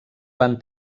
van